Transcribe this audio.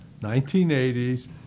1980s